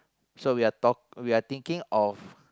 so we talk we are thinking of